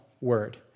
word